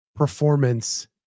performance